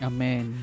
Amen